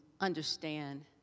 understand